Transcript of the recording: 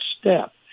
step